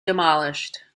demolished